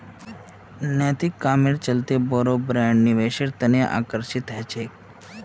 नैतिक कामेर चलते बोरो ब्रैंड निवेशेर तने आकर्षित ह छेक